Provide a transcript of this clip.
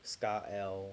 SCAR-L